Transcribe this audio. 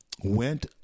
went